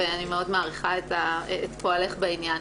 ואני מאוד מעריכה את פועלך בעניין.